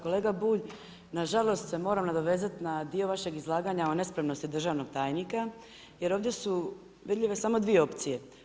Kolega Bulj, nažalost se moram nadovezati na dio vašeg izlaganja o nespremnosti državnog tajnika, jer ovdje su vidljive samo dvije opcije.